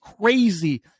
crazy